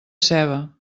seva